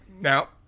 Now